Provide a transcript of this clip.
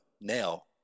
now